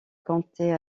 comptait